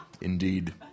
Indeed